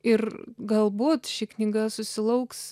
ir galbūt ši knyga susilauks